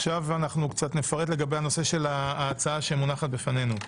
עכשיו אני אפרט לגבי ההצעה שמונחת בפנינו.